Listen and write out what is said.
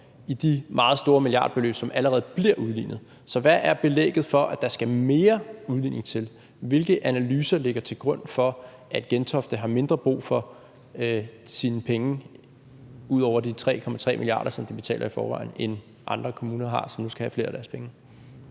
i de meget store milliardbeløb, som allerede bliver udlignet. Så hvad er belægget for, at der skal mere udligning til? Hvilke analyser ligger til grund for, at Gentofte Kommune har mindre brug for sine penge – ud over de 3,3 mia. kr., som de betaler i forvejen – end andre kommuner har, som nu skal have flere af Gentoftes penge?